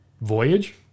voyage